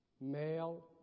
Male